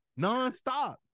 nonstop